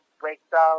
breakdown